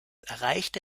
erreichte